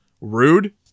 Rude